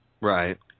Right